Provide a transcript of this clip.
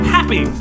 Happy